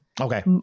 Okay